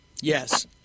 Yes